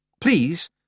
Please